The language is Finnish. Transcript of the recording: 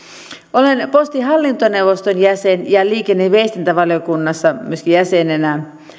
olen postin hallintoneuvoston jäsen ja liikenne ja viestintävaliokunnassa myöskin jäsenenä